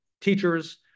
teachers